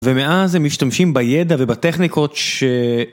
ומאז הם משתמשים בידע ובטכניקות ש...